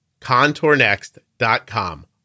ContourNext.com